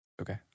Okay